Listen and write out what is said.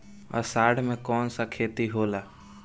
अषाढ़ मे कौन सा खेती होला?